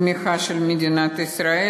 תמיכה של מדינת ישראל,